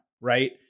right